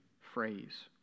phrase